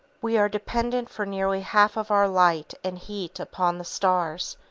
we are dependent for nearly half of our light and heat upon the stars,